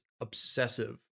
obsessive